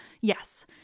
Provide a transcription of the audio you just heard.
Yes